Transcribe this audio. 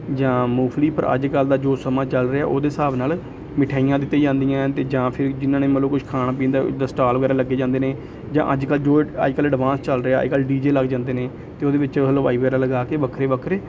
ਜਾਂ ਮੂੰਗਫਲੀ ਪਰ ਅੱਜ ਕੱਲ੍ਹ ਦਾ ਜੋ ਸਮਾਂ ਚੱਲ ਰਿਹਾ ਉਹਦੇ ਹਿਸਾਬ ਨਾਲ ਮਿਠਾਈਆਂ ਦਿੱਤੀਆਂ ਜਾਂਦੀਆਂ ਅਤੇ ਜਾਂ ਫਿਰ ਜਿਨ੍ਹਾਂ ਨੇ ਮਤਲਬ ਕੁਛ ਖਾਣਾ ਪੀਣ ਦੇ ਜਿੱਦਾਂ ਸਟਾਲ ਵਗੈਰਾ ਲੱਗੇ ਜਾਂਦੇ ਨੇ ਜਾਂ ਅੱਜ ਕੱਲ੍ਹ ਜੋ ਅੱਜ ਕੱਲ੍ਹ ਐਡਵਾਂਸ ਚੱਲ ਰਿਹਾ ਅੱਜ ਕੱਲ੍ਹ ਡੀ ਜੇ ਲੱਗ ਜਾਂਦੇ ਨੇ ਅਤੇ ਉਹਦੇ ਵਿੱਚ ਹਲਵਾਈ ਵਗੈਰਾ ਲਗਾ ਕੇ ਵੱਖਰੇ ਵੱਖਰੇ